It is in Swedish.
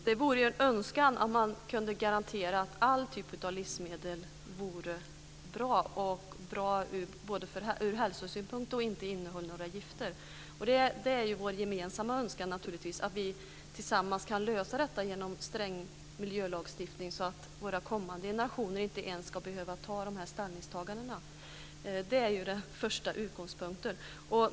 Herr talman! Det vore önskvärt att man kunde garantera att alla typer av livsmedel var bra ur hälsosynpunkt och inte innehöll några gifter. Det är naturligtvis vår gemensamma önskan att vi tillsammans kan lösa detta genom sträng miljölagstiftning, så att våra kommande generationer inte ens ska behöva göra dessa ställningstaganden. Det är den första utgångspunkten.